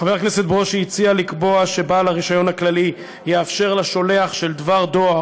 חבר הכנסת ברושי הציע לקבוע שבעל הרישיון הכללי יאפשר לשולח של דבר דואר